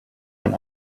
ein